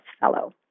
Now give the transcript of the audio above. fellow